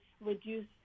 reduce